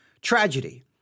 Tragedy